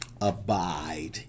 abide